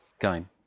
game